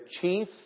chief